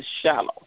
shallow